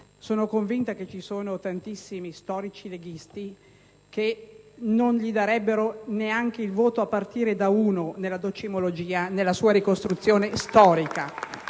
sono convinta che ci sono tantissimi storici leghisti che non gli darebbero neanche il voto a partire da uno nella docimologia nella sua ricostruzione storica: